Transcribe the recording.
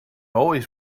always